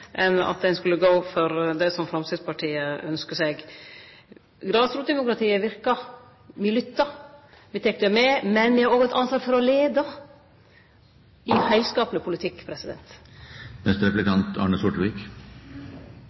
enn om ein skulle gå for det Framstegspartiet ynskjer seg. Grasrotdemokratiet verkar. Me lyttar, med tek det med. Men me har også eit ansvar for å leie, i ein heilskapleg politikk.